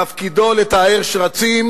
תפקידו לטהר שרצים,